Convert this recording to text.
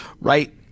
right